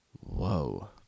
Whoa